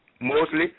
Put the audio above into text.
Mostly